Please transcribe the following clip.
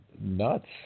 nuts